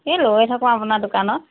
এই লৈয়ে থাকোঁ আপোনাৰ দোকানত